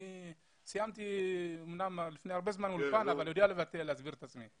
אני אמנם סיימתי אולפן לפני הרבה זמן אבל אני יודע להסביר את עצמי.